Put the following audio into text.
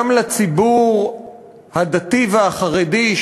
גם לציבור הדתי והחרדי,